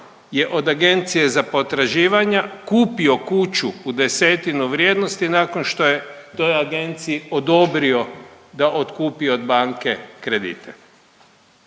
je od Agencije za potraživanja kupio kuću u desetinu vrijednosti nakon što je toj agenciji odobrio da otkupi od banke kredite.